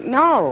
no